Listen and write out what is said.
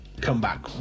comeback